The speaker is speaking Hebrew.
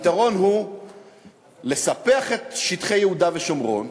הפתרון הוא לספח את שטחי יהודה ושומרון,